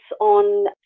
on